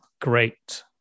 great